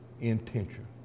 intention